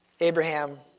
Abraham